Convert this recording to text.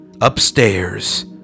Upstairs